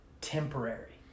temporary